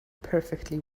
perfectly